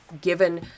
given